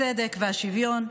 הצדק והשוויון,